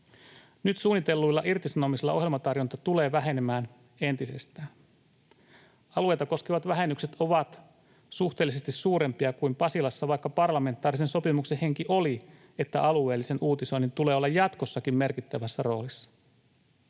Nyt suunnitelluilla irtisanomisilla ohjelmatarjonta tulee vähenemään entisestään. Alueita koskevat vähennykset ovat suhteellisesti suurempia kuin Pasilassa, vaikka parlamentaarisen sopimuksen henki oli, että alueellisen uutisoinnin tulee olla jatkossakin merkittävässä roolissa.